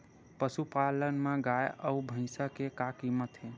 पशुपालन मा गाय अउ भंइसा के का कीमत हे?